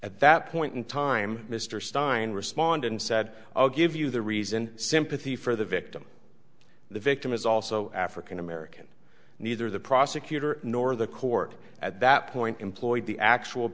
at that point in time mr stein responded and said i'll give you the reason sympathy for the victim the victim is also african american neither the prosecutor nor the court at that point employed the actual